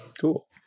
Cool